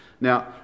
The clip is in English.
Now